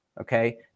okay